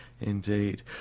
Indeed